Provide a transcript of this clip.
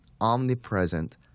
omnipresent